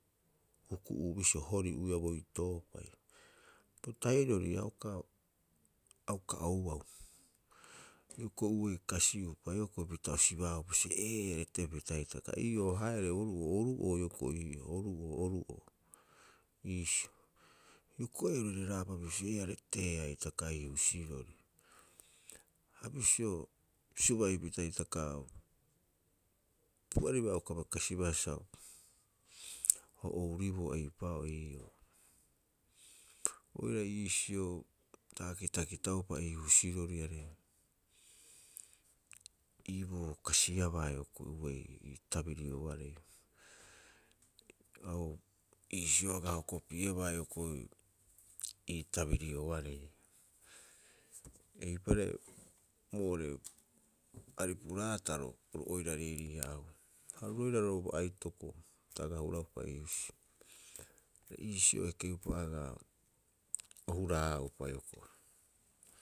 Ku'uku'uu bisio hori'uiaa boitoopai, bo tahirori a uka- a uka ouau. Hioko'i uei kasi'upa hioko'i pita o sibaaupa bisio ee retepita hitaka. Ii'oo a haereu oru'oo, oru'oo hioko'i ii'oo, oru'oo oru'oo iisio. Hioko'i oirareepa bisio ee a reteea hitaka ii husirori. Ha bisio suba'ipita hitaka pu'ariba a uka bai kasibaa sa, o ouriboo eipa'oo ii'oo. Oirare iisio ta aga kitakitaupa ii husiroriarei, iiboo kasiabaa hioko'i uei ii tabirioarei. A oo iisio aga hokopi'ebaa hioko'i ii tabirioarei. Eipare boore, aripu raataro oru oira a riirii- haraaba. Ha oru roira ro bo aitoko ta aga huraupa iisio. Are iisio o eke'upa agaa o huraaupa hioko'i.